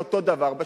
אותו דבר בשלישי,